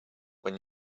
when